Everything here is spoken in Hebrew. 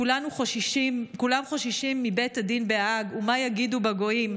כולם חוששים מבית הדין בהאג ומה יגידו בגויים,